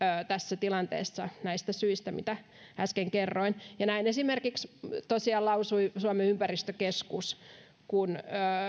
tässä tilanteessa näistä syistä jotka äsken kerroin näin esimerkiksi tosiaan lausui suomen ympäristökeskus kun